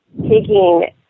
taking